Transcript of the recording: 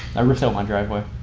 i resealed my driveway.